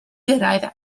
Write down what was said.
gyrraedd